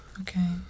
Okay